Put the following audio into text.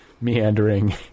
meandering